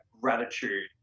gratitude